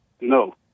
No